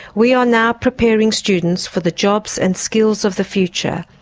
we are now preparing students for the jobs and skills of the future,